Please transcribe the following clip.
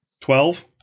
Twelve